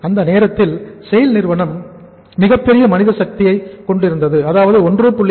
அந்த நேரத்தில் SAIL நிறுவனத்தில் மிகப் பெரிய மனித சக்தி அதாவது 1